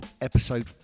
episode